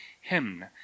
hymn